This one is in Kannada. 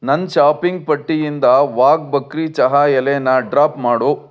ನನ್ನ ಷಾಪಿಂಗ್ ಪಟ್ಟಿಯಿಂದ ವಾಘ್ ಬಕ್ರಿ ಚಹಾ ಎಲೆನ ಡ್ರಾಪ್ ಮಾಡು